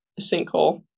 sinkhole